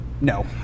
No